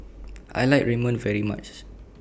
I like Ramen very much